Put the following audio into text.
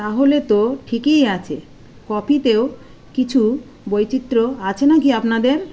তাহলে তো ঠিকই আছে কফিতেও কিছু বৈচিত্র্য আছে নাকি আপনাদের